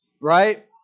right